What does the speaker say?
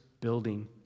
building